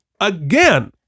again